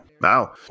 Wow